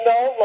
no